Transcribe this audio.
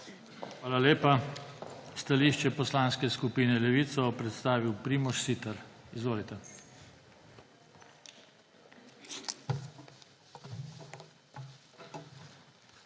Hvala lepa. Stališče Poslanske skupine Levica bo predstavil Primož Siter. Izvolite.